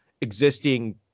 existing